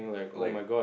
like